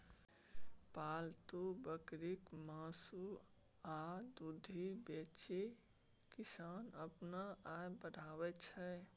पालतु बकरीक मासु आ दुधि बेचि किसान अपन आय बढ़ाबै छै